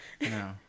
No